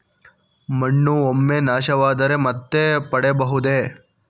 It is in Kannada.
ಮಣ್ಣು ಒಮ್ಮೆ ನಾಶವಾದರೆ ಮತ್ತೆ ಪಡೆಯಬಹುದೇ?